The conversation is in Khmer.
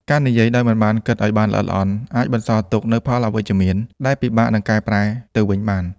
ការនិយាយដោយមិនបានគិតឱ្យបានល្អិតល្អន់ អាចបន្សល់ទុកនូវផលវិបាកអវិជ្ជមាន ដែលពិបាកនឹងកែប្រែទៅវិញបាន។